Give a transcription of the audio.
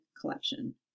collection